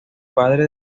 padre